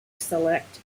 select